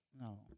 No